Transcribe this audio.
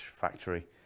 factory